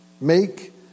Make